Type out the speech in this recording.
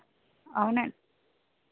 అవునా